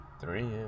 three